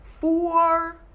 four